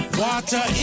water